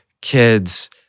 kids